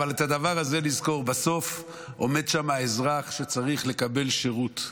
אבל את הדבר הזה לזכור: בסוף עומד שם אזרח שצריך לקבל שירות.